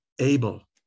Abel